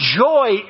joy